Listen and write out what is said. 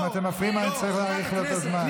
אם אתם מפריעים, אני צריך להאריך לו את הזמן.